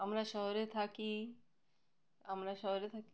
আমরা শহরে থাকি আমরা শহরে থাকি